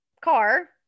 car